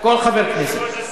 כל חבר כנסת.